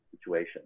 situation